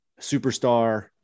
superstar